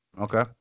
Okay